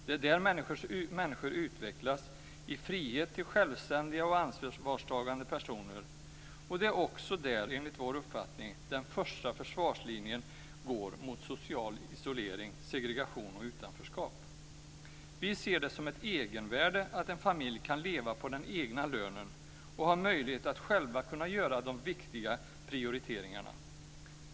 Det är där människor utvecklas i frihet till självständiga och ansvarstagande personer. Det är också där som den första försvarslinjen går mot social isolering, segregation och utanförskap. Vi ser det som ett egenvärde att en familj kan leva på den egna lönen och har möjlighet att själv göra de viktiga prioriteringarna.